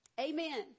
Amen